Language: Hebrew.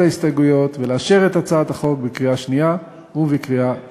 ההסתייגויות ולאשר את הצעת החוק בקריאה שנייה ובקריאה שלישית.